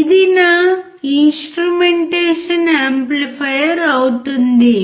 ఇది నా instrumentation amplifier అవుతుంది